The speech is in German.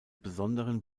besonderen